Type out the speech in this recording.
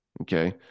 Okay